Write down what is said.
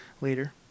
later